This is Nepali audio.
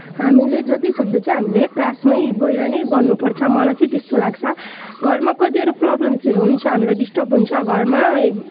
हामीले जति सक्दो चाहिँ हामीले क्लासमा गएर नै गर्नु पर्छ मलाई चाहिँ त्यस्तो लाग्छ घरमा कतिवटा प्रब्लम्सहरू हुन्छ हामीलाई डिस्टर्भ हुन्छ घरमा ए